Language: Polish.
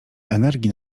energii